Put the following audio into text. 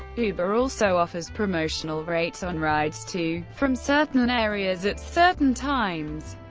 uber also offers promotional rates on rides to from certain areas at certain times.